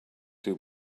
too